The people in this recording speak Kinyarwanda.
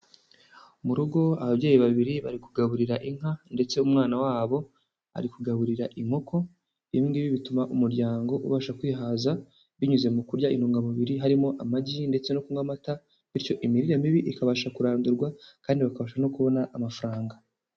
Mu rugo ababyeyi babiri bari kugaburira inka, ndetse umwana wabo ari kugaburira inkoko; ibi ngibi bituma umuryango ubasha kwihaza binyuze mu kurya intungamubiri harimo amagi ndetse no kunywa amata, bityo imirire mibi ikabasha kurandurwa kandi bakabasha no kubona amafaranga.